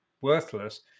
worthless